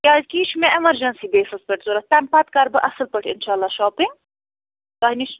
کیٛازِکہِ یہِ چھِ مےٚ ایٚمَرجیٚنسی بیسَس پٮ۪ٹھ ضروٗرت تَمہِ پَتہٕ کرٕ بہٕ اصٕل پٲٹھۍ اِنشاء اللہ شوٛاپِنٛگ تۄہہِ نِش